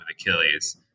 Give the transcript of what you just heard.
Achilles